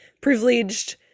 privileged